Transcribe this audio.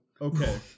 okay